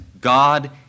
God